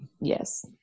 Yes